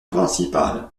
principale